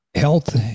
Health